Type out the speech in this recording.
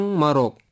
marok